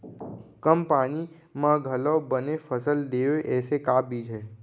कम पानी मा घलव बने फसल देवय ऐसे का बीज हे?